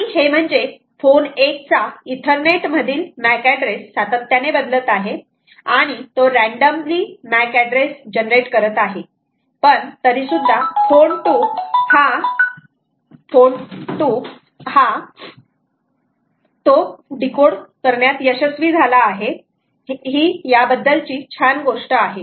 आणि हे म्हणजे फोन 1 चा इथरनेट मधील मॅक एड्रेस सातत्याने बदलत आहे आणि तो randomly MAC address generate करत आहे पण तरीसुद्धा फोन 2 तो डिकोड करण्यात यशस्वी झाला आहे ही याबद्दलची छान गोष्ट आहे